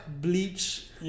bleach